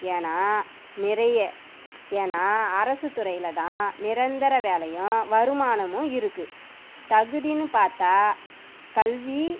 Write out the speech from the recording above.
ஏன்னா நிறைய ஏன்னா அரசுத்துறையில் தான் நிரந்தர வேலையும் வருமானமும் இருக்குது தகுதின்னு பார்த்தா கல்வி